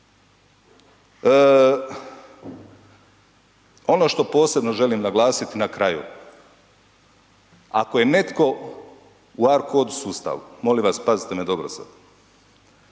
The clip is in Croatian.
Ono što posebno želim naglasiti na kraju, ako je netko u ARKOD sustavu, molim pazite me dobro sad,